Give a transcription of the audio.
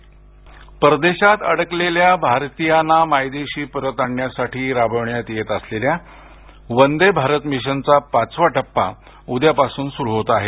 वंदेभारत परदेशात अडकलेल्या भारतियांना मायदेशी परत आणण्यासाठी राबवण्यात येत असलेल्या वंदे भारत मिशनचा पाचवा टप्पा उद्यापासून सुरू होत आहे